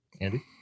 Andy